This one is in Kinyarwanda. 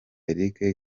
eric